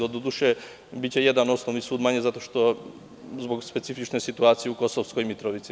Doduše, biće jedan osnovni sud manje zbog specifične situacije u Kosovskoj Mitrovici.